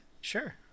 Sure